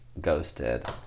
ghosted